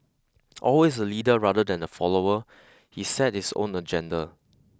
always a leader rather than a follower he set his own agenda